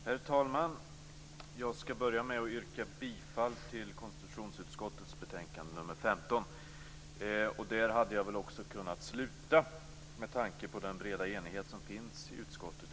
Herr talman! Det finns en viss risk för att det blir upprepanden vid det här tillfället. Såväl integritets som yttrandefrihet är omistliga delar i en fungerande demokrati.